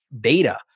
data